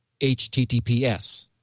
HTTPS